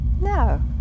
No